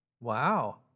Wow